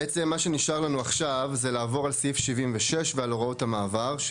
בעצם מה שנשאר לנו עכשיו זה לעבור על סעיף 76 ועל הוראות המעבר,